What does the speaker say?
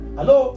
Hello